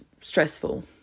stressful